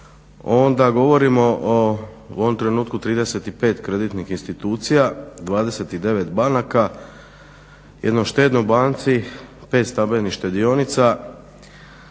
onda govorimo u ovom trenutku o 35 kreditnih institucija, 29 banaka, 1 štednoj banci, 5 stambenih štedionica